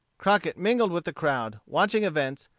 crockett mingled with the crowd, watching events,